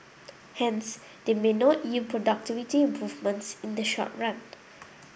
hence they may not yield productivity improvements in the short run